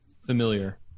familiar